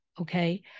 okay